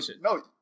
No